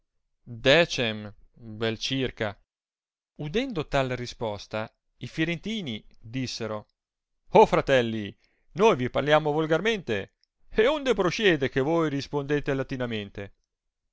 decem vel circa udendo tal risposta i firentini dissero fratelli noi vi parliamo volgarmente e onde prociede che voi rispondete latinamente